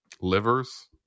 Livers